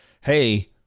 Hey